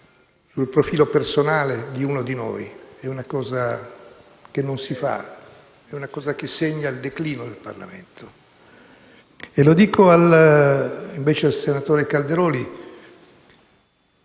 sul profilo personale di uno di noi. È una cosa che non si fa. È una cosa che segna il declino del Parlamento. Dico invece al senatore Calderoli